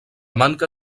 manca